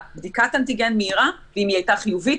בדיקת אנטיגן מהירה ואם היא הייתה חיובית,